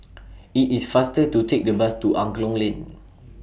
IT IS faster to Take The Bus to Angklong Lane